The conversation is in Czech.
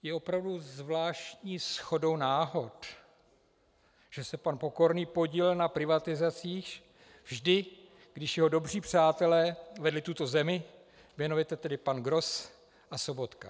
Je opravdu zvláštní shodou náhod, že se pan Pokorný podílel na privatizacích vždy, když jeho dobří přátelé vedli tuto zemi, jmenovitě tedy pan Gross a Sobotka.